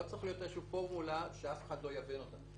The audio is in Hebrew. לא צריכה להיות פורמולה שאף אחד לא יבין אותה.